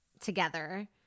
together